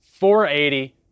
480